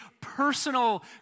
personal